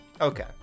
Okay